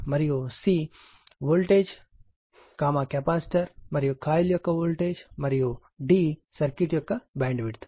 మరియు c voltage capacitor మరియు coil యొక్క వోల్టేజ్ మరియు d సర్క్యూట్ యొక్క బ్యాండ్విడ్త్